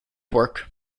work